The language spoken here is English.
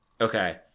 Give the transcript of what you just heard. Okay